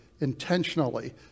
intentionally